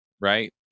right